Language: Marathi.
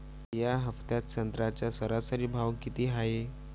या हफ्त्यात संत्र्याचा सरासरी भाव किती हाये?